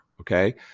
okay